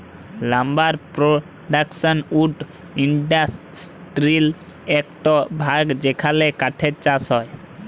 lumber production wood ইন্ডাসটিরির একট ভাগ যেখালে কাঠের চাষ হয়